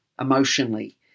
emotionally